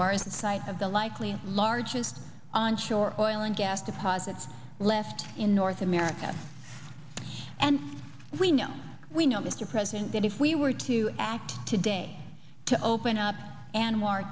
the site of the likely largest on shore oil and gas deposits left in north america and we know we know mr president that if we were to act today to open up and more